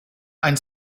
ein